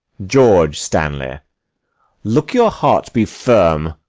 george stanley look your heart be firm,